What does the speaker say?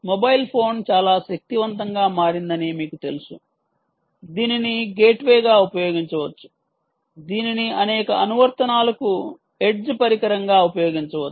mobile phone చాలా శక్తివంతంగా మారిందని మీకు తెలుసు దీనిని గేట్వేగా ఉపయోగించవచ్చు దీనిని అనేక అనువర్తనాలకు ఎడ్జ్ పరికరంగా ఉపయోగించవచ్చు